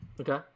Okay